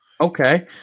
Okay